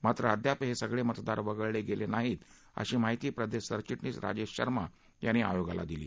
मात्र अद्याप हे सगळे मतदार वगळले गेले नाहीत अशी माहिती प्रदेश सरचिटणीस राजेश शर्मा यांनी आयोगाला दिली